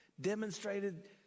demonstrated